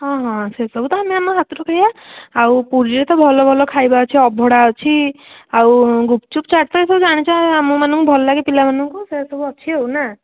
ହଁ ହଁ ସେସବୁ ତ ଆମେ ଆମ ହାତରୁ ଖାଇବା ଆଉ ପୁରୀରେ ତ ଭଲ ଭଲ ଖାଇବା ଅଛି ଅବଢ଼ା ଅଛି ଆଉ ଗୁପୁଚୁପ୍ ଚାଟ୍ ତ ସବୁ ଜାଣିଛ ଆମମାନଙ୍କୁ ଭଲଲାଗେ ପିଲାମାନଙ୍କୁ ସେ ସବୁ ଅଛି ଆଉ ନା